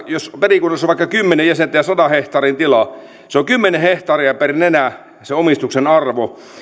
jos perikunnassa on vaikka kymmenen jäsentä ja sadan hehtaarin tila on kymmenen hehtaaria per nenä sen omistuksen arvo